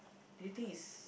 do you think is